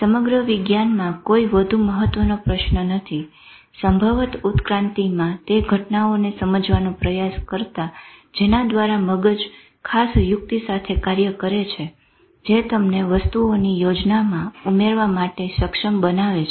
સમગ્ર વિજ્ઞાનમાં કોઈ વધુ મહત્વનો પ્રશ્ન નથી સંભવત ઉત્ક્રાંતિમાં તે ઘટનાઓને સમજવાનો પ્રયાસ કરતા જેના દ્વારા મગજ ખાસ યુક્તિ સાથે કાર્ય કરે છે જે તેમને વસ્તુઓની યોજનામાં ઉમેરવા માટે સક્ષમ બનાવે છે